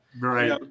right